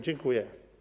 Dziękuję.